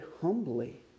humbly